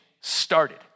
started